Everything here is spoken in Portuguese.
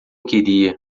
queria